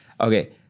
okay